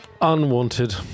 Unwanted